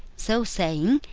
so saying,